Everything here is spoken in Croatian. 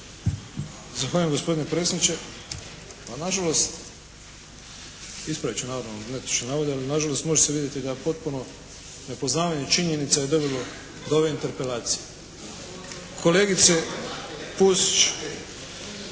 Zahvaljujem gospodine predsjedniče. Pa nažalost, ispravit ću naravno netočne navode ali, nažalost može se vidjeti da je potpuno nepoznavanje činjenica i dovelo do ove interpelacije. Kolegice Pusić!